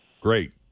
Great